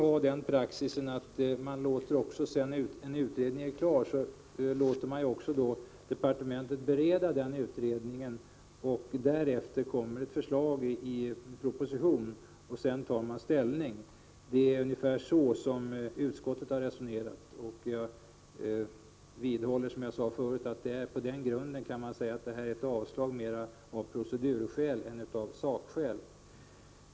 Men praxis är ju att när en utredning är klar låter man departementet bereda den, och sedan kommer förslag i propositionen, varefter man tar ställning. Det är ungefär så utskottet har resonerat. Jag vidhåller på den grunden att utskottet yrkar avslag mera av procedurskäl än av sakskäl.